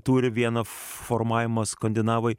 turi vieną formavimą skandinavai